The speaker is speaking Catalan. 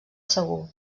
segur